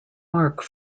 mark